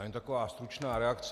Já jen taková stručná reakce.